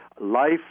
life